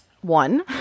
one